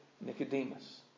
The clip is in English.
Nicodemus